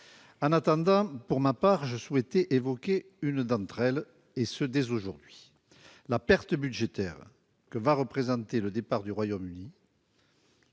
En attendant, je souhaite évoquer l'une d'entre elles dès aujourd'hui : la perte budgétaire que va représenter le départ du Royaume-Uni,